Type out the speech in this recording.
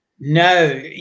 No